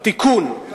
תיקון.